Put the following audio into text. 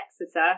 Exeter